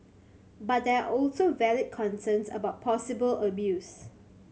but there are also valid concerns about possible abuse